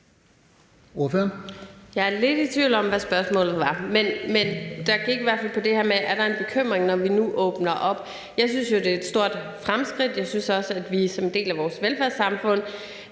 Jeg er lidt i tvivl om, hvad spørgsmålet var, men det gik i hvert fald på det her med, om der er en bekymring, når vi nu åbner op. Jeg synes jo, det er et stort fremskridt. Jeg synes også, at vi som velfærdssamfund